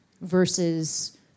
versus